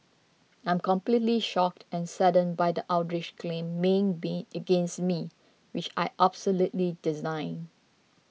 I'm completely shocked and saddened by the outrageous claims made being against me which I absolutely